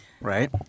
Right